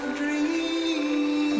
dream